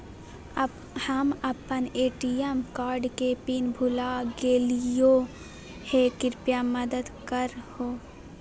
हम अप्पन ATM card के पिन भुला गेलिओ हे कृपया मदद कर हो